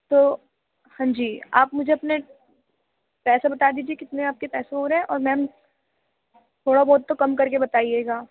تو ہاں جی آپ مجھے اپنے پیسے بتا دیجیے کتنے آپ کے پیسے ہو رہے اور میم تھوڑا بہت تو کم کر کے بتائیے گا